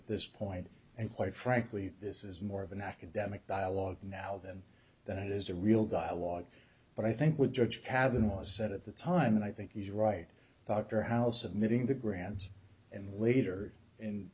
that this point and quite frankly this is more of an academic dialogue now than that it is a real dialogue but i think with judge cabin was set at the time and i think he's right dr house admitting the grounds and later in